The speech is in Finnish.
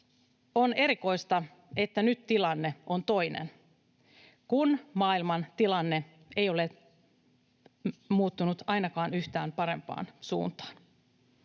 On erikoista, että nyt tilanne on toinen, kun maailmantilanne ei ole muuttunut ainakaan yhtään parempaan suuntaan.